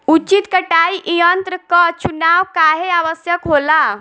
उचित कटाई यंत्र क चुनाव काहें आवश्यक होला?